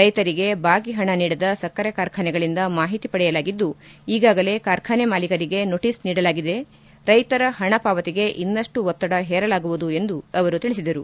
ರೈತರಿಗೆ ಬಾಕಿ ಹಣ ನೀಡದ ಸಕ್ಕರೆ ಕಾರ್ಖಾನೆಗಳಿಂದ ಮಾಹಿತಿ ಪಡೆಯಲಾಗಿದ್ದು ಈಗಾಗಲೇ ಕಾರ್ಖಾನೆ ಮಾಲೀಕರಿಗೆ ನೊಟೀಸ್ ನೀಡಲಾಗಿದೆ ರೈತರ ಹಣ ಪಾವತಿಗೆ ಇನ್ನಷ್ಟು ಒತ್ತಡ ಹೇರಲಾಗುವುದು ಎಂದು ತಿಳಿಸಿದರು